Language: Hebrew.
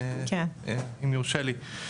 אם יורשה לי.